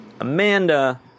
Amanda